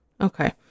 Okay